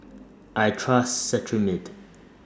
I Trust Cetrimide